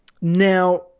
Now